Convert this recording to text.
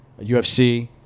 UFC